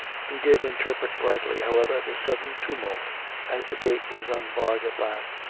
he did interpret rightly, however, the sudden tumult as the gate was unbarred at last,